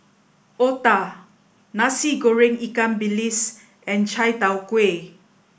Otah Nasi Goreng Ikan Bilis and Chai Tow Kuay